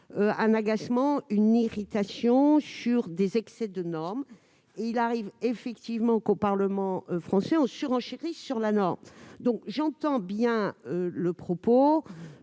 agacement, une irritation, à l'égard des excès de normes. Il arrive effectivement qu'au Parlement français on surenchérisse sur la norme. J'entends bien le propos.